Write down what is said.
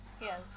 Yes